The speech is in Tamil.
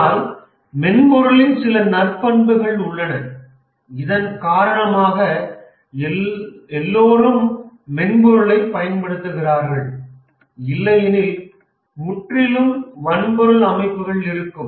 ஆனால் மென்பொருளின் சில நற்பண்புகள் உள்ளன இதன் காரணமாக எல்லோரும் மென்பொருளைப் பயன்படுத்துகிறார்கள் இல்லையெனில் முற்றிலும் வன்பொருள் அமைப்புகள் இருக்கும்